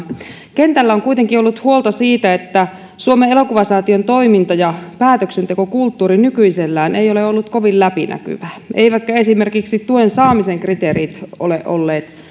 kentällä on kuitenkin ollut huolta siitä että suomen elokuvasäätiön toiminta ja päätöksentekokulttuuri nykyisellään ei ole ollut kovin läpinäkyvää eivätkä esimerkiksi tuen saamisen kriteerit ole olleet